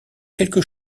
quelque